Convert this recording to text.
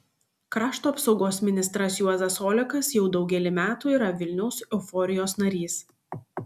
krašto apsaugos ministras juozas olekas jau daugelį metų yra vilniaus euforijos narys